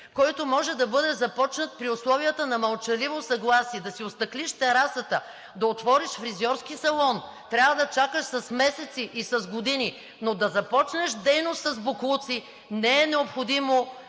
който може да бъде започнат при условията на мълчаливо съгласие? Да си остъклиш терасата, да отвориш фризьорски салон трябва да чакаш с месеци и с години, но да започнеш дейност с боклуци, не е необходимо